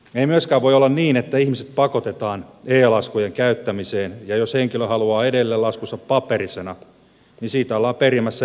ei myöskään voi olla niin että ihmiset pakotetaan e laskujen käyttämiseen ja jos henkilö haluaa edelleen laskunsa paperisena siitä ollaan perimässä erillinen laskutuslisä